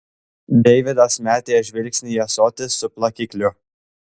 deividas metė žvilgsnį į ąsotį su plakikliu